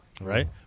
Right